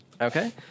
Okay